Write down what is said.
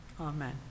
Amen